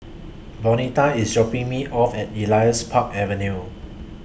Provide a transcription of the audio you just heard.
Bonita IS dropping Me off At Elias Park Avenue